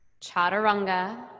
chaturanga